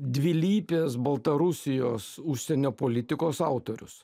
dvilypės baltarusijos užsienio politikos autorius